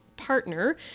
partner